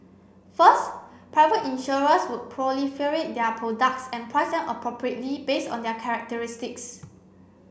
first private insurers would proliferate their products and price them appropriately based on their characteristics